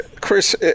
Chris